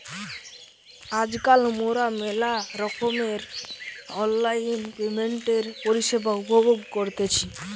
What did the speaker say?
আজকাল মোরা মেলা রকমের অনলাইন পেমেন্টের পরিষেবা উপভোগ করতেছি